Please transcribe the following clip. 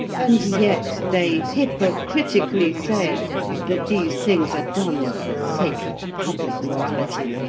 and yet they hypocritically say that these things are done for the sake of public morality,